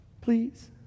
Please